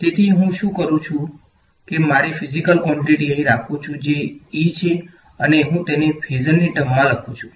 તેથી હું શું કરું છું કે હું મારી ફીઝીકલ કવોંટીટી અહીં રાખું છું જે E છે અને હું તેને ફેઝરની ટર્મમા લખું છું